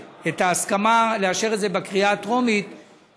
למעשה יהיה מדובר במקרים חריגים שבהם הרשות המקומית מתנגדת,